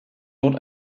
dort